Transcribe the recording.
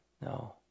no